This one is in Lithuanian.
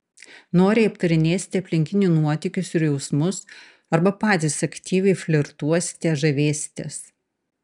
noriai aptarinėsite aplinkinių nuotykius ir jausmus arba patys aktyviai flirtuosite žavėsitės